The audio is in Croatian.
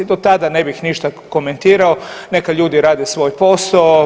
Do tada ne bih ništa komentirao, neka ljudi rade svoj posao.